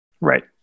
right